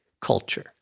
culture